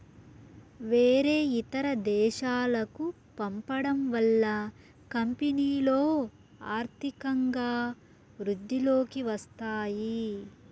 వేరే ఇతర దేశాలకు పంపడం వల్ల కంపెనీలో ఆర్థికంగా వృద్ధిలోకి వస్తాయి